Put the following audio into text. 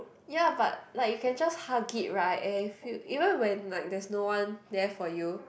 ya but like you can just hug it right if you you know like if there's no one there for you